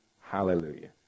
Hallelujah